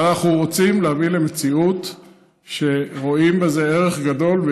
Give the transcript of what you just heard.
ואנחנו רוצים להביא למציאות שרואים בזה ערך גדול,